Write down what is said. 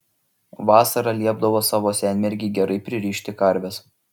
vasarą liepdavo savo senmergei gerai pririšti karves